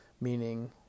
meaning